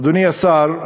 אדוני השר,